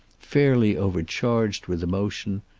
fairly overcharged with emotion,